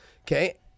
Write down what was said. Okay